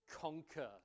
conquer